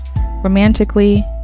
romantically